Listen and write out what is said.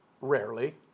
Rarely